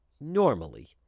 Normally